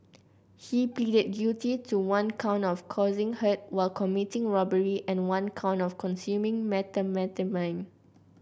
he pleaded guilty to one count of causing hurt while committing robbery and one count of consuming methamphetamine